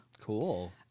Cool